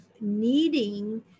needing